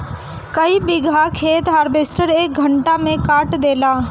कई बिगहा खेत हार्वेस्टर एके घंटा में काट देला